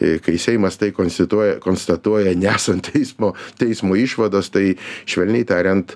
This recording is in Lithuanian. ir kai seimas tai konstituoja konstatuoja nesant teismo teismo išvados tai švelniai tariant